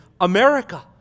America